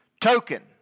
token